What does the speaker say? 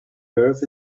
earth